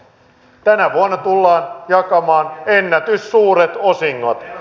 tänä vuonna tullaan jakamaan ennätyssuuret osingot